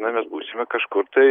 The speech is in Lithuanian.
na mes būsime kažkur tai